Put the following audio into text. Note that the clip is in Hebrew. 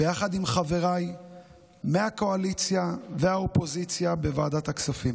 ביחד עם חבריי מהקואליציה והאופוזיציה בוועדת הכספים.